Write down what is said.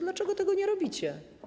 Dlaczego tego nie robicie?